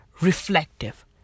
reflective